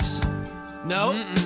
No